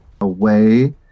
away